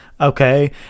okay